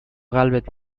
قلبت